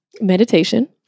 Meditation